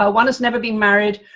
ah one has never been married,